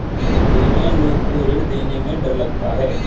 बेईमान लोग को ऋण देने में डर लगता है